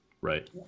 right